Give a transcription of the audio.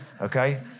Okay